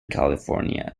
california